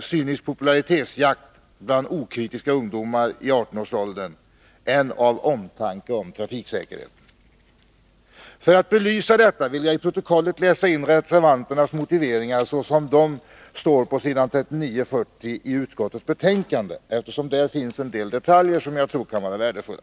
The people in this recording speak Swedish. cynisk popularitetsjakt bland okritiska ungdomar i 18-årsåldern än av omtanke om trafiksäkerheten. För att belysa detta vill jag i protokollet läsa in reservanternas motiveringar på s. 39-40 i utskottets betänkande. Det finns detaljer där som jag tror kan vara värdefulla.